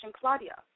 Claudia